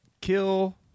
kill